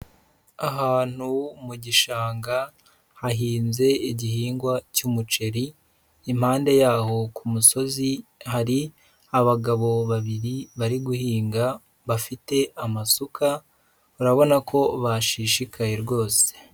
Ahantu mu gishanga hahinze igihingwa cy'umuceri, impande yaho ku musozi hari abagabo babiri bari guhinga bafite amasuka, urabona ko bashishikaye rwose.